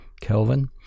Kelvin